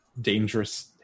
dangerous